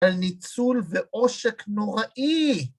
על ניצול ועושק נוראי.